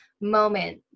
moment